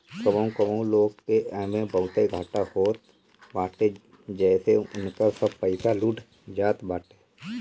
कबो कबो लोग के एमे बहुते घाटा होत बाटे जेसे उनकर सब पईसा डूब जात बाटे